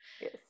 Yes